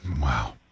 Wow